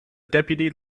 deputy